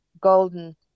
golden